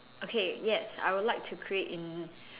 okay yes I will like to create in